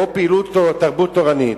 או פעילות תרבות תורנית